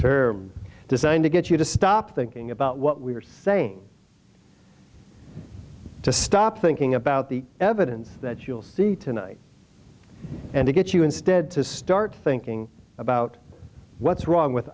term designed to get you to stop thinking about what we are saying to stop thinking about the evidence that you'll see tonight and to get you instead to start thinking about what's wrong with